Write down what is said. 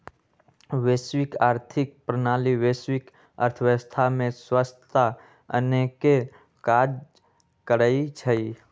वैश्विक आर्थिक प्रणाली वैश्विक अर्थव्यवस्था में स्वछता आनेके काज करइ छइ